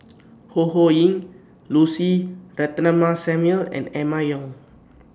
Ho Ho Ying Lucy Ratnammah Samuel and Emma Yong